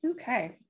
Okay